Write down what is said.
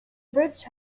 bridge